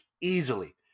easily